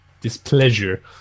displeasure